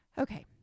Okay